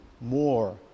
more